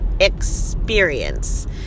experience